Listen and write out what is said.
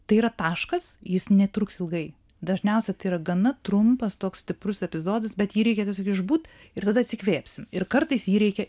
tai yra taškas jis netruks ilgai dažniausia tai yra gana trumpas toks stiprus epizodas bet jį reikia tiesiog išbūt ir tada atsikvėpsim ir kartais jį reikia